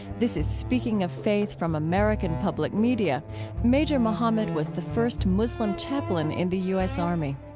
this is speaking of faith from american public media major muhammad was the first muslim chaplain in the u s. army